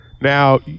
Now